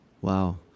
Wow